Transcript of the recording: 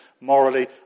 Morally